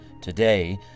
Today